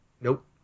Nope